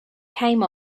came